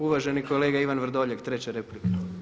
Uvaženi kolega Ivan Vrdoljak, treća replika.